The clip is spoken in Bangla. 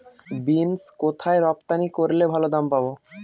বিন্স কোথায় রপ্তানি করলে ভালো দাম পাব?